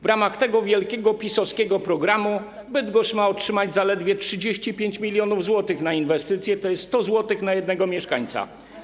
W ramach tego wielkiego PiS-owskiego programu Bydgoszcz ma otrzymać zaledwie 35 mln zł na inwestycje, tj. 100 zł na jednego mieszkańca.